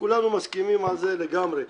כולנו מסכימים על זה לגמרי.